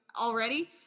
already